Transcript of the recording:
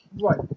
Right